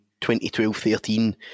2012-13